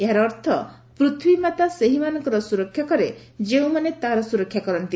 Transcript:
ଏହାର ଅର୍ଥ ପୃଥିବୀ ମାତା ସେହିମାନଙ୍କର ସୁରକ୍ଷା କରେ ଯେଉଁମାନେ ତା'ର ସୁରକ୍ଷା କରନ୍ତି